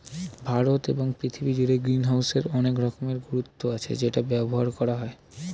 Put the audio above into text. ভারতে এবং পৃথিবী জুড়ে গ্রিনহাউসের অনেক রকমের গুরুত্ব আছে যেটা ব্যবহার করা হয়